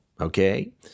okay